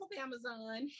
Amazon